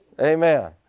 amen